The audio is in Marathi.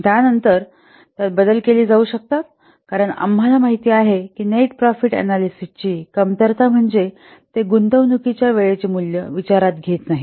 पण त्यात बदल केले जाऊ शकतात कारण आम्हाला माहित आहे की नेट प्रॉफिट अन्यालीसीसची कमतरता म्हणजे ते गुंतवणूकीच्या वेळेचे मूल्य विचारात घेत नाही